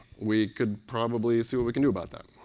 we could probably see what we can do about that.